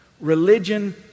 Religion